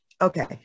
Okay